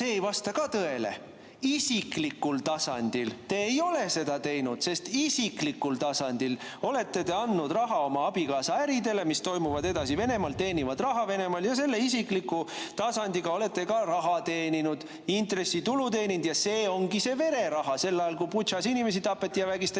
see ei vasta ka tõele. Isiklikul tasandil te ei ole seda teinud. Isiklikul tasandil olete te andnud raha oma abikaasa äridele, mis toimuvad edasi Venemaal, teenivad raha Venemaal, ja selle isikliku tasandiga olete ka raha teeninud, intressitulu teeninud. See ongi see vereraha. Sel ajal, kui Butšas inimesi tapeti ja vägistati,